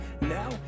Now